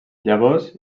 llavors